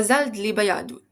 מזל דלי ביהדות